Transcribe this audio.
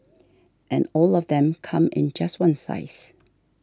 and all of them come in just one size